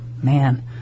Man